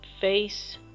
face